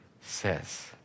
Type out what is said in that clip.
says